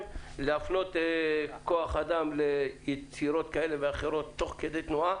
להפנות כוח אדם ליצירות כאלה ואחרות תוך כדי תנועה.